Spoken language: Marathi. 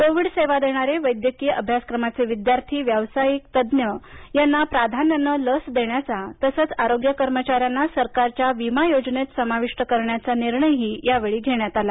कोविड सेवा देणारे वैद्यकीय अभ्यासक्रमाचे विद्यार्थी व्यावसायिक यांना प्राधान्यानं लस देण्याचा तसंच आरोग्य कर्मचाऱ्यांना सरकारच्या विमा योजनेत समावेश करण्याचा निर्णय ही या वेळी घेण्यात आला